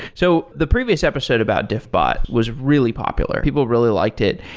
so the previous episode about diffbot was really popular. people really liked it.